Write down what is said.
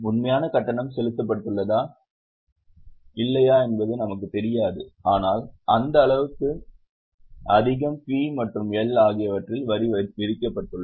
உண்மையான கட்டணம் செலுத்தப்பட்டுள்ளதா இல்லையா என்பது நமக்கு தெரியாது ஆனால் அந்த அளவுக்கு அதிகம் P மற்றும் L ஆகியவற்றில் வரி விதிக்கப்பட்டது